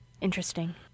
Interesting